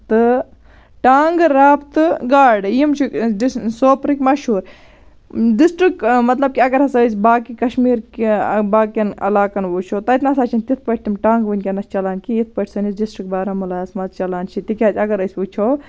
تہٕ ٹانٛگہٕ رَب تہٕ گاڈٕ یِم چھِ ڈِس سوپرٕکۍ مَشہوٗر ڈِسٹرک مطلب کہِ اَگر ہسا أسۍ باقٕے کَشمیٖر کہِ باقین علاقَن وٕچھو تَتہِ نَسا چھِنہٕ تِتھ پٲٹھۍ تِم ٹانٛگہٕ وٕنۍ کٮ۪نَس چَلان کیٚنٛہہ یِتھ پٲٹھۍ سٲنِس ڈِسٹرک بارہمولاہَس منٛز چَلان چھِ تِکیٛازِ اَگر أسۍ وٕچھو